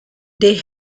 they